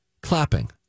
Clapping